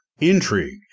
intrigue